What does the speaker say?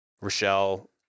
Rochelle